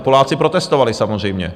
Poláci protestovali, samozřejmě.